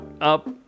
up